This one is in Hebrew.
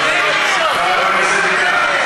חבר הכנסת ביטן,